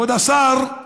כבוד השר,